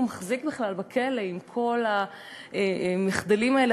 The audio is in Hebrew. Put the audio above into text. מחזיק בכלל מעמד בכלא עם כל המחדלים האלה,